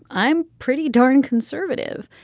i'm pretty darn conservative.